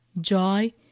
joy